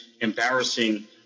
embarrassing—